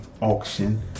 auction